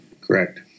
Correct